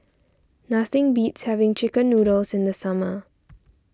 nothing beats having Chicken Noodles in the summer